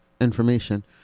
information